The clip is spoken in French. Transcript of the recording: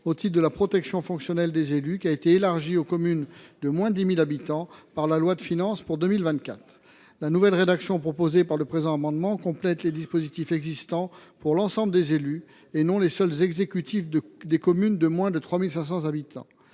au titre de la protection fonctionnelle des élus, qui a été élargie aux communes de moins de 10 000 habitants par la loi du 29 décembre 2023 de finances pour 2024. Cet amendement vise à compléter les dispositifs existants pour l’ensemble des élus, et non les seuls exécutifs des communes de moins de 3 500 habitants.